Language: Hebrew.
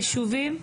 ב-36 יישובים?